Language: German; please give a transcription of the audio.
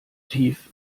tief